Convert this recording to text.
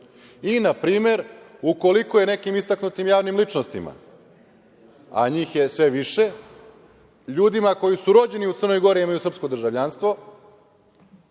i npr. ukoliko je nekim istaknutim javnim ličnostima, a njih je sve više, ljudima koji su rođeni u Crnoj Gori, a imaju srpsko državljanstvo,